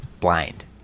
blind